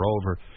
over